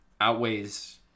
outweighs